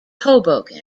hoboken